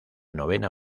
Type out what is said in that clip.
novena